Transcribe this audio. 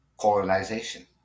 colonization